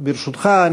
ברשותך,